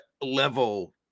level